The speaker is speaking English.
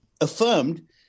affirmed